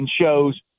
shows